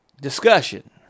discussion